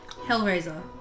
Hellraiser